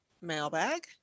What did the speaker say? mailbag